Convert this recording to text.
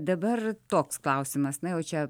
dabar toks klausimas na jau čia